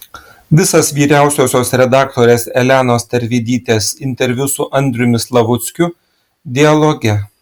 visas vyriausiosios redaktorės elenos tervidytės interviu su andriumi slavuckiu dialoge